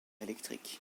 électrique